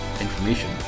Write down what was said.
information